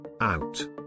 out